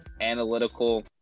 analytical